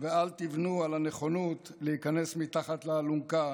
ואל תבנו על הנכונות להיכנס מתחת לאלונקה